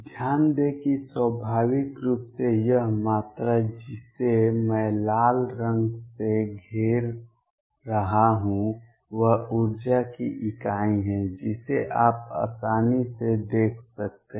ध्यान दें कि स्वाभाविक रूप से यह मात्रा जिसे मैं लाल रंग से घेर रहा हूं वह ऊर्जा की इकाई है जिसे आप आसानी से देख सकते हैं